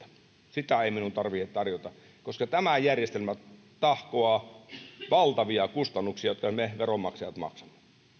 sitä ei minun tarvitse tarjota koska tämä järjestelmä tahkoaa valtavia kustannuksia jotka me veronmaksajat maksamme